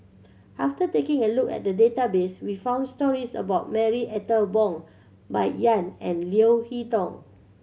after taking a look at the database we found stories about Marie Ethel Bong Bai Yan and Leo Hee Tong